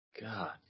God